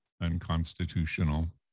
unconstitutional